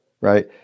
right